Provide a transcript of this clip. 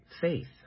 faith